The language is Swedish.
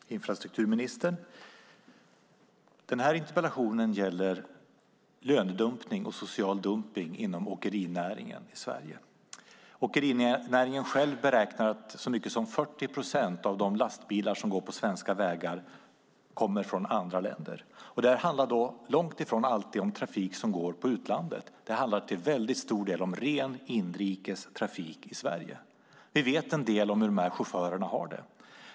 Herr talman och infrastrukturministern! Den här interpellationen gäller lönedumpning och social dumpning inom åkerinäringen i Sverige. Åkerinäringen själv beräknar att så mycket som 40 procent av de lastbilar som går på svenska vägar kommer från andra länder. Det handlar långt ifrån alltid om trafik som går på utlandet, utan det handlar till väldigt stor del om ren inrikestrafik i Sverige. Vi vet en del om hur dessa chaufförer har det.